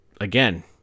again